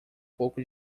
pouco